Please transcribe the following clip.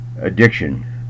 addiction